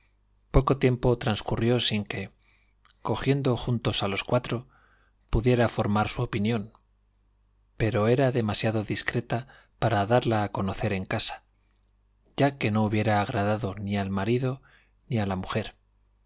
poco tiempo transcurrió sin que cogiendo juntos a los cuatro pudiera foimarsu opinión pero era demasiado discreta para darla a conocer en casa ya que no hubiera agradado ni al marido ni a la mujer